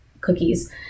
cookies